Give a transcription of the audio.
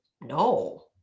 no